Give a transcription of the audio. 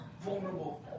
vulnerable